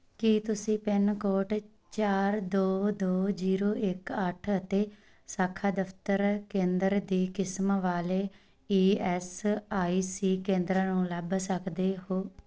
ਕੀ ਤੁਸੀਂ pin code ਚਾਰ ਦੋ ਦੋ ਜੀਰੋ ਇੱਕ ਅੱਠ ਅਤੇ ਸ਼ਾਖਾ ਦਫ਼ਤਰ ਕੇਂਦਰ ਦੀ ਕਿਸਮ ਵਾਲੇ ਈ ਐੱਸ ਆਈ ਸੀ ਕੇਂਦਰਾਂ ਨੂੰ ਲੱਭ ਸਕਦੇ ਹੋ